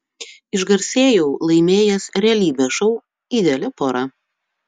išgarsėjau laimėjęs realybės šou ideali pora